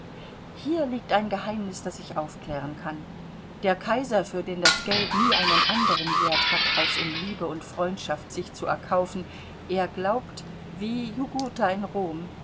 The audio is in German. hier liegt ein geheimnis das ich aufklären kann der kaiser für den das geld nie einen anderen wert hat als um liebe und freundschaft sich zu erkaufen er glaubt wie jugurtha in rom